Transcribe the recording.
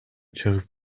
чыгып